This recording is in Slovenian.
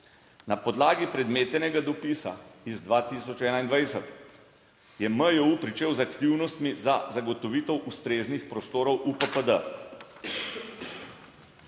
Na podlagi predmetenega dopisa iz 2021 je MJU pričel z aktivnostmi za zagotovitev ustreznih prostorov UPPD.